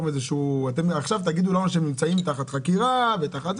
אתם עכשיו תגידו לנו שהם נמצאים תחת חקירה וכו',